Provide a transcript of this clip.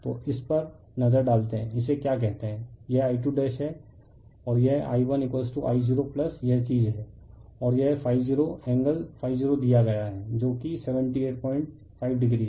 तो इस पर नजर डालते हैं इसे क्या कहते हैं यह I2 है और यह I1I0 यह चीज है और यह ∅0 एंगल ∅0 दिया गया है जो कि 785 डिग्री है